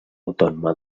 autònoma